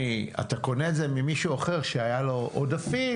אתה קונה את זה ממישהו אחר שהיו לו עודפים,